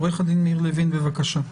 עו"ד מאיר לוין, בבקשה.